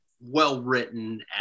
well-written